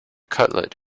cutlet